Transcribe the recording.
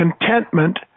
contentment